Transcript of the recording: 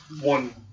one